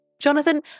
Jonathan